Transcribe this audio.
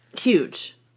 Huge